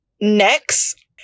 next